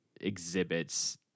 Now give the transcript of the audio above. exhibits